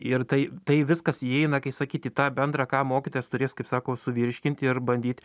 ir tai tai viskas įeina kai sakyt į tą bendrą ką mokytojas turės kaip sako suvirškint ir bandyt